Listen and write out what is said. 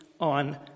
on